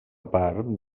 part